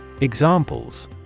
Examples